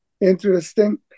interesting